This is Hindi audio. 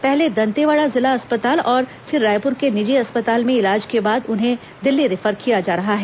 पहले दंतेवाड़ा जिला अस्पताल और फिर रायपुर के निजी अस्पताल में इलाज के बाद उन्हें दिल्ली रिफर किया जा रहा है